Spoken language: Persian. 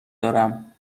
دارم